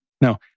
Now